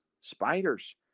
spiders